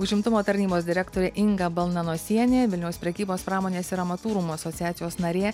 užimtumo tarnybos direktorė inga balnanosienė vilniaus prekybos pramonės ir amatų rūmų asociacijos narė